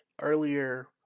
earlier